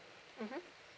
mmhmm